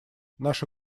наша